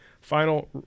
final